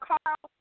Carl